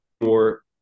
more